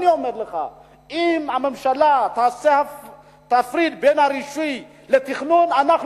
אם הממשלה תפריד בין הרישוי לתכנון אנחנו